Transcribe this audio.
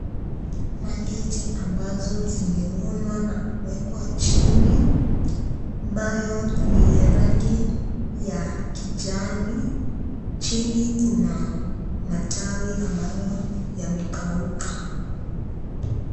Mandizi ambazi zimevunwa na kuwekwa chini, ambayo ni ya rangi ya kijani. Chini kuna matawi ambayo yamekauka.